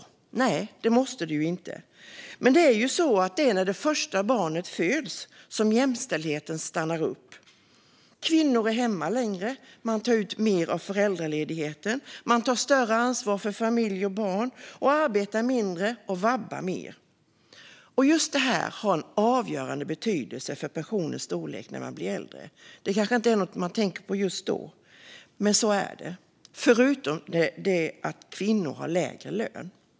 Nej, det måste det inte. Men det är ju så att jämställdheten stannar upp när det första barnet föds. Kvinnor är hemma längre; de tar ut mer av föräldraledigheten. De tar större ansvar för familj och barn, arbetar mindre och vabbar mer. Just detta har en avgörande betydelse för pensionens storlek när man blir äldre. Det kanske inte är någonting man tänker på just då, men så är det. Dessutom har kvinnor lägre lön.